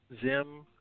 Zim